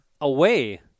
Away